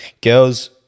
Girls